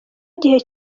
igihe